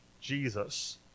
Jesus